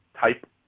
type